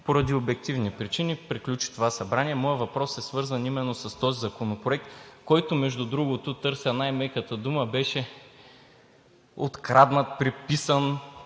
Поради обективни причини – приключи това Събрание. Моят въпрос е свързан именно с този законопроект, за който, между другото, търся най-меката дума, беше откраднат, преписан,